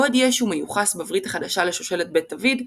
בעוד ישו מיוחס בברית החדשה לשושלת בית דוד,